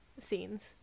scenes